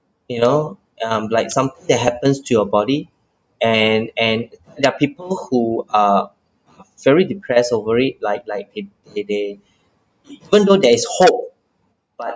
you know um something that happens to your body and and there are people who are very depressed over it like like it they they even though there is hope